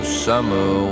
summer